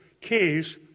case